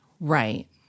Right